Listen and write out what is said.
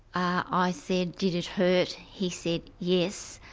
i said did it hurt? he said, yes,